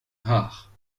rare